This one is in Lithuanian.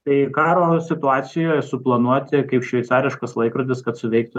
tai karo situacijoj suplanuoti kaip šveicariškas laikrodis kad suveiktų